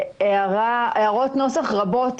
הערות נוסח רבות,